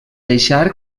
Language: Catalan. deixar